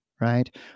right